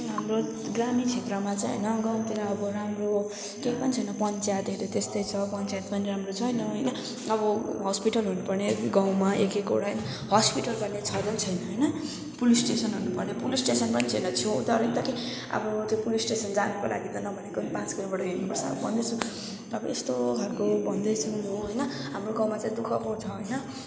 हाम्रो ग्रामीण क्षेत्रमा चाहिँ गाउँ गाउँतिर अब राम्रो केही पनि छैन पञ्चायतहरू त्यस्तै छ पञ्चायत पनि राम्रो छैन होइन अब हस्पिटलहरू हुनु पर्ने गाउँमा एक एकवटा होइन हस्पिटल भन्ने छँदै छैन होइन पुलिस स्टेसन हुनु पर्ने पुलिस स्टेसन पनि छैन छेउ त के अब त्यो पुलिस स्टेसन जानुको लागि त नभनेको नि पाँच किलो मिटर हिँड्नु पर्छ अब भन्दैछु अब यस्तो खाले भन्दैछु म होइन हाम्रो गाउँमा चाहिँ दुःखको छ होइन